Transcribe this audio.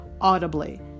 audibly